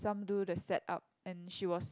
some do the setup and she was